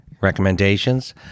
recommendations